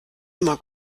immer